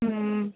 ம்ம்